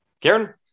Karen